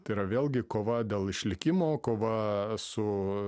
tai yra vėlgi kova dėl išlikimo kova su